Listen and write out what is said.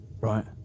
Right